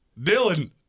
Dylan